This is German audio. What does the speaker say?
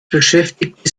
beschäftigte